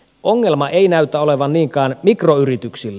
ongelma ei näytä olevan niinkään mikroyrityksillä